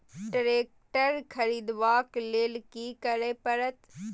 Tractor खरीदबाक लेल की करय परत?